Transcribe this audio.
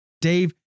Dave